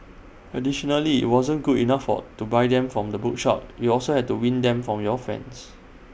additionally IT wasn't good enough for to buy them from the bookshop you also had to win them from your friends